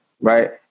right